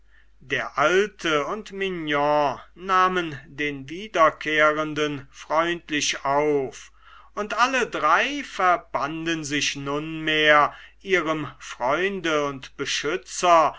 der alte und mignon nahmen den wiederkehrenden freundlich auf und alle drei verbanden sich nunmehr ihrem freunde und beschützer